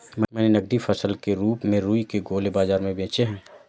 मैंने नगदी फसल के रूप में रुई के गोले बाजार में बेचे हैं